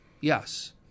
Yes